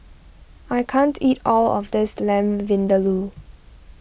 I can't eat all of this Lamb Vindaloo